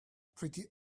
pretty